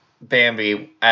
Bambi